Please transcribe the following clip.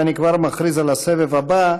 ואני כבר מכריז על הסבב הבא: